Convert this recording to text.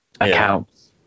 accounts